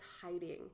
hiding